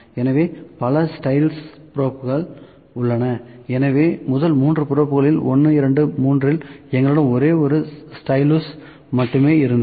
எனவே பல ஸ்டைலஸ் ப்ரோப்கள் உள்ளன எனவே முதல் 3 ப்ரோப்களில் 1 2 மற்றும் 3 இல் எங்களிடம் ஒரே ஒரு ஸ்டைலஸ் மட்டுமே இருந்தது